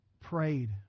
Prayed